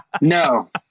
No